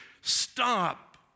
Stop